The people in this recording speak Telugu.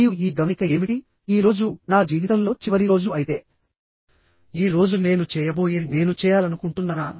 మరియు ఈ గమనిక ఏమిటి ఈ రోజు నా జీవితంలో చివరి రోజు అయితే ఈ రోజు నేను చేయబోయేది నేను చేయాలనుకుంటున్నానా